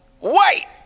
wait